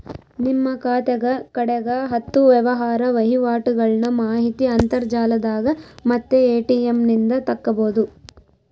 ನಿಮ್ಮ ಖಾತೆಗ ಕಡೆಗ ಹತ್ತು ವ್ಯವಹಾರ ವಹಿವಾಟುಗಳ್ನ ಮಾಹಿತಿ ಅಂತರ್ಜಾಲದಾಗ ಮತ್ತೆ ಎ.ಟಿ.ಎಂ ನಿಂದ ತಕ್ಕಬೊದು